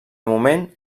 moment